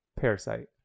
parasite